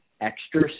extra